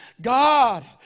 God